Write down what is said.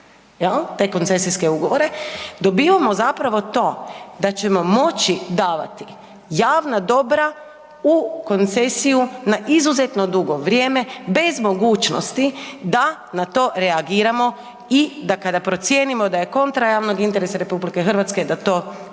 te koncesijske ugovore, dobivamo zapravo to da ćemo moći davati javna dobra u koncesiju na izuzetno dugo vrijeme bez mogućnosti da na to reagiramo i da kada procijenimo da je kontra javnog interesa RH, da to ukinemo.